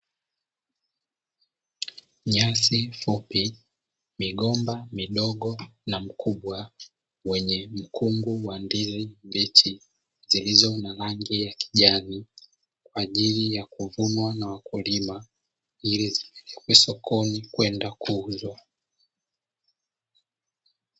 Nyasi fupi migomba midogo na mkubwa wenye mkungu wa ndizi mbichi zilizo na rangi ya kijani kwa ajili ya kuvunwa na wakulima ili zipelekwe sokoni kwenda kuuzwa.